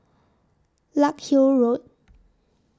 Larkhill Road